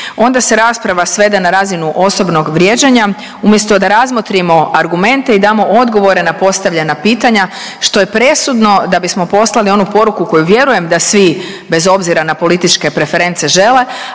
Onda se rasprava svede na razinu osobnog vrijeđanja umjesto da razmotrimo argumente i damo odgovore na postavljena pitanja što je presudno da bismo poslali onu poruku koju vjerujem da svi bez obzira na političke preference žele,